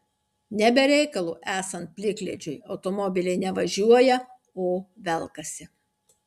ne be reikalo esant plikledžiui automobiliai ne važiuoja o velkasi